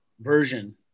version